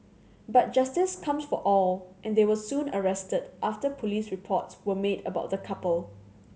but justice comes for all and they were soon arrested after police reports were made about the couple